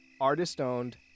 Artist-owned